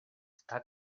está